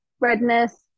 redness